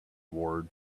ward